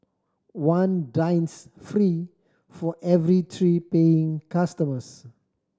one dines free for every three paying customers